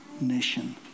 nation